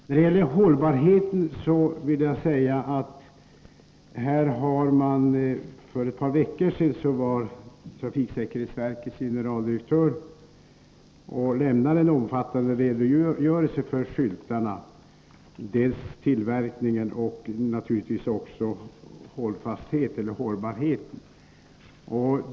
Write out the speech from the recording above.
När det gäller hållbarheten vill jag säga att trafiksäkerhetsverkets generaldirektör för ett par veckor sedan lämnade en omfattande redogörelse för skyltarna, tillverkningen av dem och naturligtvis också deras hållbarhet.